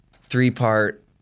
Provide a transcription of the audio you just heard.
three-part